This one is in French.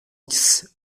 dix